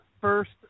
first